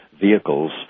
vehicles